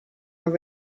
are